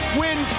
win